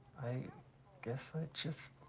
i guess i just,